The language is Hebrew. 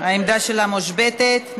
העמדה שלה מושבתת.